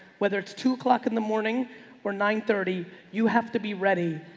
whether it's two o'clock in the morning or nine thirty you have to be ready,